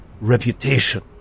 reputation